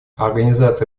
организация